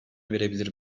verebilir